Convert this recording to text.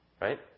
Right